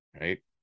right